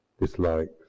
dislikes